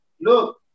Look